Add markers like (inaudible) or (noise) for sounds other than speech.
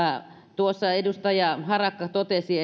tuossa edustaja harakka totesi (unintelligible)